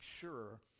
sure